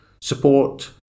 support